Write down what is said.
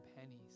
pennies